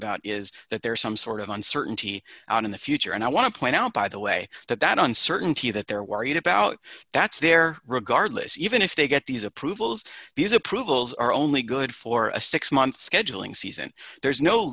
about is that there is some sort of uncertainty out in the future and i want to point out by the way that that uncertainty that they're worried about that's there regardless even if they get these approvals these approvals are only good for a six month scheduling season there's no